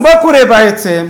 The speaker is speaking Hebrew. אז מה קורה בעצם?